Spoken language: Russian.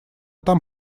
там